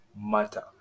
matter